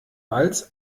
als